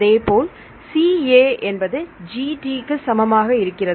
அதே போல் CA என்பது G T க்கு சமமாக இருக்கிறது